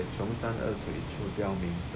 qiong shan e shui chu diao min